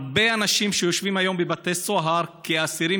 הרבה אנשים יושבים היום בבתי סוהר כאסירים